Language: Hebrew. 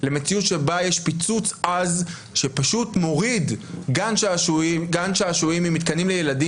למציאות שבה יש פיצוץ עז שפשוט מוריד גן שעשועים עם מתקנים לילדים,